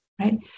right